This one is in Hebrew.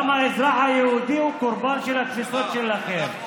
גם האזרח היהודי הוא קורבן של התפיסות שלכם.